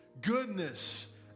goodness